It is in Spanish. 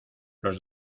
los